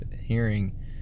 hearing